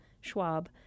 Schwab